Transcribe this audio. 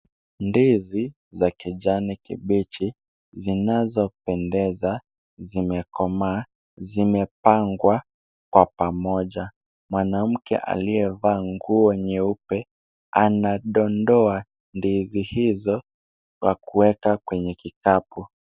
Ndizi za kijani kibichi zinazopendeza, zimekomaa zimepangwa kwa pamoja, mwanamke aliyevaa nguo nyeupe, anadondoa ndizi hizo, kwa kuweka kwenye kikapu.